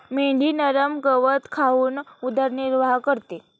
मेंढी नरम गवत खाऊन उदरनिर्वाह करते